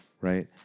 right